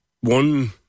One